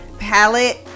palette